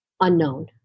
unknown